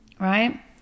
right